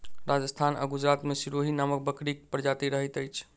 राजस्थान आ गुजरात मे सिरोही नामक बकरीक प्रजाति रहैत अछि